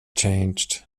changed